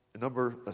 number